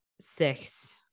six